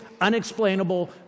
unexplainable